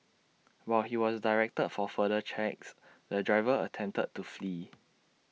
while he was directed for further checks the driver attempted to flee